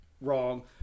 Wrong